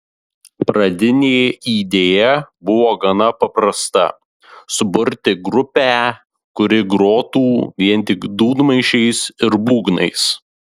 pradinė idėja buvo gana paprasta suburti grupę kuri grotų vien tik dūdmaišiais ir būgnais